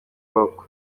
babaho